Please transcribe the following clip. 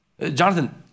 Jonathan